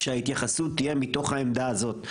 שההתייחסות תהיה מתוך העמדה הזאת,